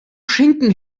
schinken